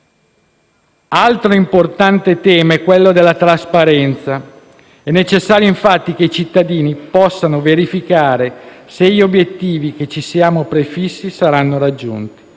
Altro importante tema è quello della trasparenza. È necessario, infatti, che i cittadini possano verificare se gli obiettivi che ci siamo prefissi saranno raggiunti.